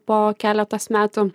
po keletos metų